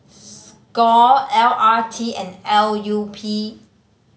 score L R T and L U P